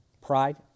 Pride